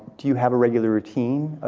do you have a regular routine?